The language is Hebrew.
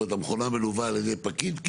המכונה מלווה על ידי פקיד?